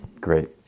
Great